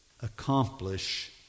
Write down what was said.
accomplish